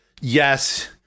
yes